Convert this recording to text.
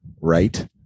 right